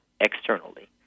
externally